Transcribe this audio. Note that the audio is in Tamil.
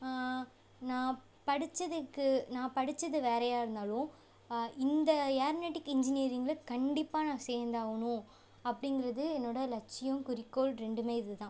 நான் படிச்சதுக்கு நான் படிச்சது வேறயாக இருந்தாலும் இந்த ஏரனெட்டிக் இன்ஜினியரிங்கில் கண்டிப்பாக நான் சேர்ந்தாவுணும் அப்படிங்குறது என்னோடய லட்சியோம் குறிக்கோள் ரெண்டுமே இது தான்